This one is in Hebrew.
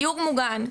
דיור מוגן,